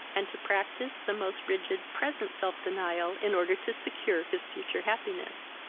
and to practise the most rigid present self-denial, in order to secure his future happiness.